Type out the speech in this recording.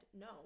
no